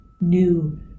new